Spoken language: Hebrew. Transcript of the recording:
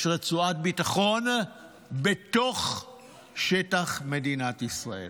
יש רצועת ביטחון בתוך שטח מדינת ישראל.